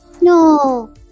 No